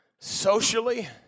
socially